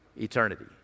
eternity